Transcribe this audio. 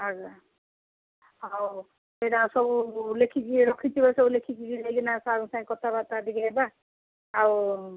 ଆଜ୍ଞା ହଉ ସେଇଟା ସବୁ ଲେଖିକି ରଖିଥିବେ ସବୁ ଲେଖିକି ନେଇ କିନା ସାର୍ଙ୍କ ସାଙ୍ଗେ କଥାବାର୍ତ୍ତା ଟିକେ ହେବା ଆଉ